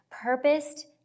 purposed